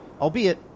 albeit